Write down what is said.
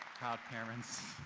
proud parents.